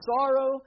sorrow